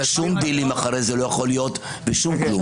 שום דילים אחרי זה לא יכולים להיות ושום כלום.